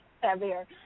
heavier